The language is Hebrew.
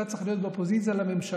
אתה צריך להיות באופוזיציה לממשלה.